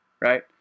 right